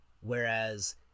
whereas